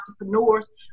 entrepreneurs